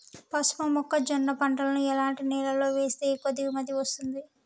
పసుపు మొక్క జొన్న పంటలను ఎలాంటి నేలలో వేస్తే ఎక్కువ దిగుమతి వస్తుంది?